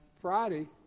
Friday